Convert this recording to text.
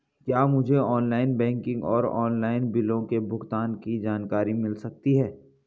क्या मुझे online banking और ऑनलाइन बिलों के भुगतान की जानकारी मिल सकता है?